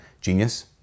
genius